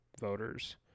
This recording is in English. voters